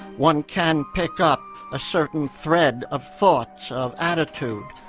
one can pick up a certain thread of thoughts, of attitude,